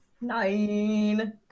Nine